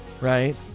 right